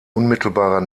unmittelbarer